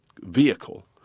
vehicle